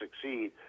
succeed